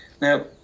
Now